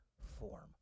form